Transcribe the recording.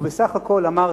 ובסך הכול אמרתי,